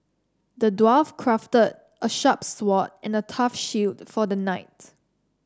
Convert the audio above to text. the dwarf crafted a sharp sword and a tough shield for the knight